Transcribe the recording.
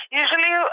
usually